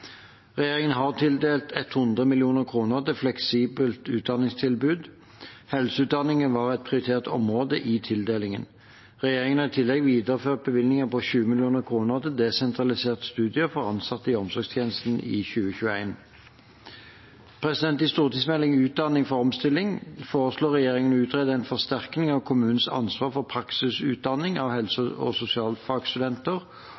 Regjeringen har tildelt 100 mill. kr til fleksibelt utdanningstilbud. Helseutdanningen var et prioritert område i tildelingen. Regjeringen har i tillegg videreført bevilgningen på 20 mill. kr til desentralisert studium for ansatte i omsorgstjenesten i 2021. I stortingsmeldingen Utdanning for omstilling foreslår regjeringen å utrede en forsterkning av kommunenes ansvar for praksisutdanning av helse-